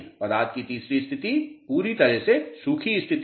पदार्थ की तीसरी स्थिति पूरी तरह से सूखी स्थिति है